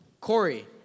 Corey